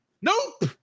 Nope